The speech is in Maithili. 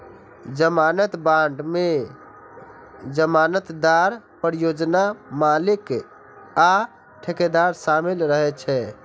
जमानत बांड मे जमानतदार, परियोजना मालिक आ ठेकेदार शामिल रहै छै